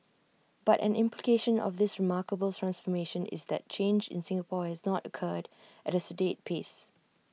but an implication of this remarkable transformation is that change in Singapore has not occurred at A sedate pace